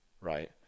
Right